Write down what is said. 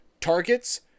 targets